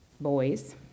boys